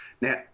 Now